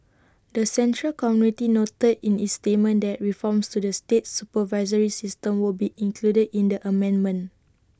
the central committee noted in its statement that reforms to the state supervisory system would be included in the amendment